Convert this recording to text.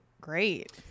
great